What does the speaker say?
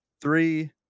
Three